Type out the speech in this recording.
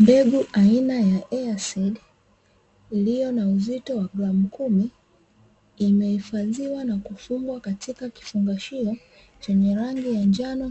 Mbegu aina ya “EA SEED” iliyo na uzito wa gramu kumi. Imehifadhiwa na kufungwa kwenye kifungashio chenye rangi ya